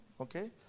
Okay